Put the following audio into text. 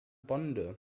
bonde